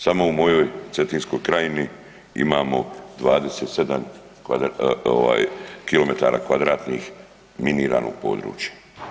Samo u mojoj Cetinskoj krajini imamo 27 ovaj kilometara kvadratnih miniranog područja.